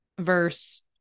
verse